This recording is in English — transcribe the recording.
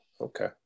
okay